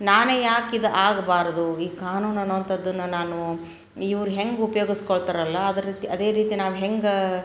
ನಾನೇ ಯಾಕೆ ಇದು ಆಗಬಾರ್ದು ಈ ಕಾನೂನು ಅನ್ನುವಂಥದ್ದನ್ನು ನಾನು ಇವ್ರು ಹೆಂಗೆ ಉಪ್ಯೋಗಿಸ್ಕೊಳ್ತಾರಲ್ಲ ಅದರ ರೀತಿ ಅದೇ ರೀತಿ ನಾವು ಹೆಂಗೆ